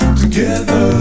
together